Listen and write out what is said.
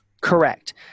Correct